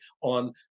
on